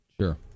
Sure